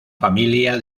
familia